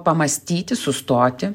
pamąstyti sustoti